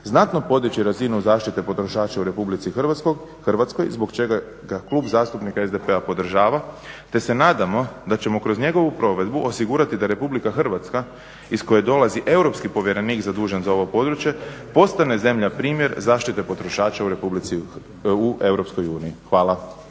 znatno podići razinu zaštite potrošača u Republici Hrvatskoj zbog čega ga Klub zastupnika SDP-a podržava te se nadamo da ćemo kroz njegovu provedbu osigurati da Republika Hrvatska iz koje dolazi europski povjerenik zadužen za ovo područje, postane zemlja primjer zaštite potrošača u Europskoj